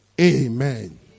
Amen